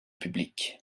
publique